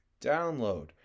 download